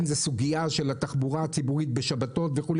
אם זו הסוגיה של התחבורה הציבורית בשבתות וכו',